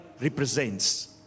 represents